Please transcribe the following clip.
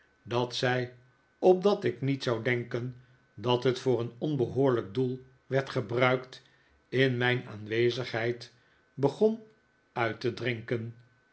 dat zij opdat ik niet zou denken dat het voor een onbehoorlijk doel werd gebruikt in mijri aanwezigheid begon uit te drinken